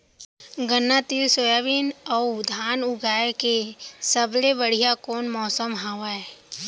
गन्ना, तिल, सोयाबीन अऊ धान उगाए के सबले बढ़िया कोन मौसम हवये?